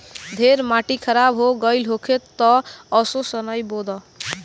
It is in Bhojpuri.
ढेर माटी खराब हो गइल होखे तअ असो सनइ बो दअ